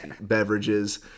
beverages